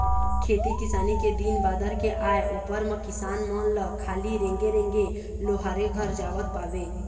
खेती किसानी के दिन बादर के आय उपर म किसान मन ल खाली रेंगे रेंगे लोहारे घर जावत पाबे